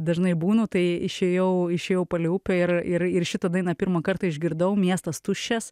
dažnai būnu tai išėjau išėjau palei upę ir ir ir šitą dainą pirmą kartą išgirdau miestas tuščias